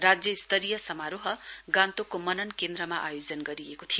राज्य स्तरीय समारोह गान्तोकको मनन केन्द्रमा आयोजन गरिएको थियो